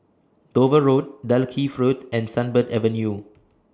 Dover Road Dalkeith Road and Sunbird Avenue